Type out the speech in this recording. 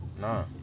No